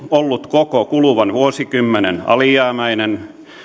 ollut koko kuluvan vuosikymmenen alijäämäinen